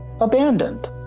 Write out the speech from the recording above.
abandoned